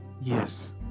Yes